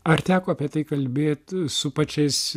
ar teko apie tai kalbėti su pačiais